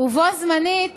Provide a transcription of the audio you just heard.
ובו זמנית